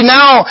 now